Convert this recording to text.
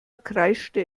kreischte